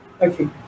Okay